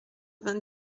vingt